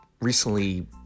recently